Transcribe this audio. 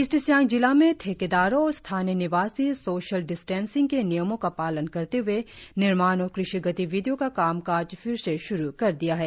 east Siang जिला में ठेकेदारों और स्थानीय निवासी सोशल डिस्टेंसिंग के नियमों का पालन करते हए निर्माण और क़षि गतिविधियों का कामकाज फिर से श्रु कर दिया है